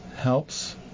helps